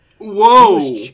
whoa